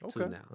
Okay